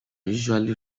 usually